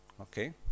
Okay